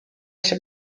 się